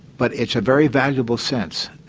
but it's a very valuable sense.